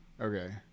Okay